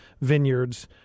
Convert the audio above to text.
vineyards